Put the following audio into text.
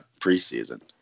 preseason